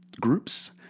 groups